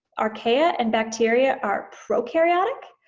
archaea and bacteria are prokaryotic,